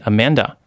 Amanda